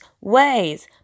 ways